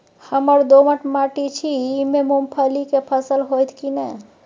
हमर दोमट माटी छी ई में मूंगफली के फसल होतय की नय?